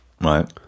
Right